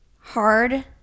hard